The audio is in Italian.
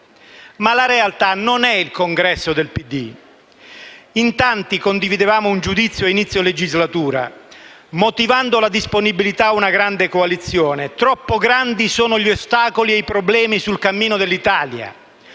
La realtà, però, non è il congresso del PD. In tanti condividevamo un giudizio ad inizio legislatura, motivando la disponibilità ad una grande coalizione: troppo grandi sono i problemi e gli ostacoli sul cammino dell'Italia!